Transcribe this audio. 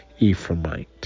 Ephraimite